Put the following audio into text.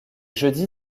jeudi